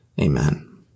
Amen